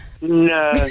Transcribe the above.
No